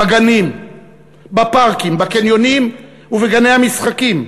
בגנים, בפארקים, בקניונים ובגני המשחקים.